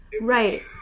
Right